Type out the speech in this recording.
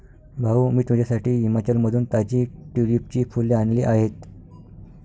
भाऊ, मी तुझ्यासाठी हिमाचलमधून ताजी ट्यूलिपची फुले आणली आहेत